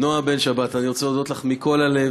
נועה בן-שבת, אני רוצה להודות לך מכל הלב.